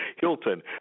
Hilton